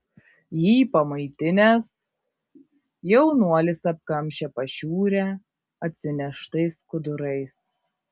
jį pamaitinęs jaunuolis apkamšė pašiūrę atsineštais skudurais